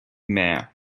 mare